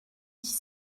dix